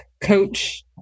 coach